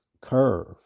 curve